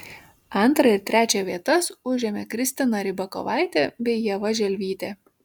antrą ir trečią vietas užėmė kristina rybakovaitė bei ieva želvytė